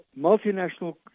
multinational